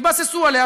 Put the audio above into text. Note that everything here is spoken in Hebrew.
התבססו עליה,